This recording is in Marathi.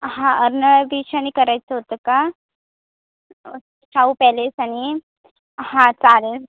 हां अर्नाळा बीच आणि करायचं होतं का शाहू पॅलेस आणि हां चालेल